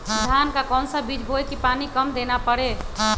धान का कौन सा बीज बोय की पानी कम देना परे?